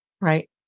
Right